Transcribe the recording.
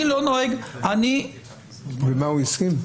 הוא הסכים?